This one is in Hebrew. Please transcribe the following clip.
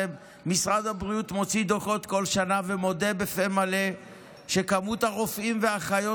ומשרד הבריאות מוציא דוחות כל שנה ומודה בפה מלא שמספר הרופאים והאחיות